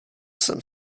jsem